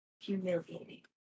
Humiliating